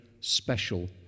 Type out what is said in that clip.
special